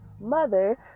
mother